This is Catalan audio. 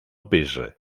pesa